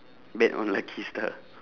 bet on lucky star